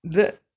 then